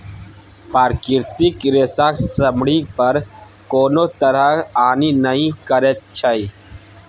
प्राकृतिक रेशा चमड़ी पर कोनो तरहक हानि नहि करैत छै